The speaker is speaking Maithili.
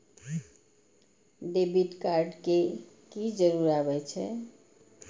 डेबिट कार्ड के की जरूर आवे छै?